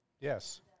Yes